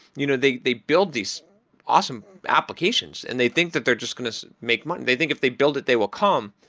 you know they they build these awesome applications and they think that they're just going to make money. they think if they build it they will come,